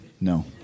No